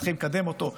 מתחילים לקדם אותו,